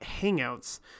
Hangouts